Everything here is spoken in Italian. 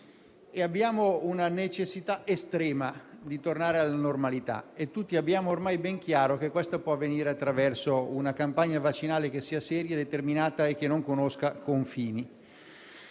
Abbiamo una necessità estrema di tornare alla normalità e tutti abbiamo ormai ben chiaro che questo può avvenire attraverso una campagna vaccinale seria, determinata e che non conosca confini.